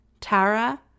Tara